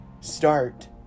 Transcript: start